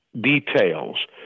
details